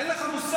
אין לך מושג.